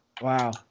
Wow